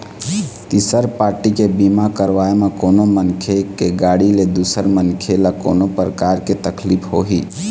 तिसर पारटी के बीमा करवाय म कोनो मनखे के गाड़ी ले दूसर मनखे ल कोनो परकार के तकलीफ होही